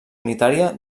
unitària